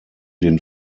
den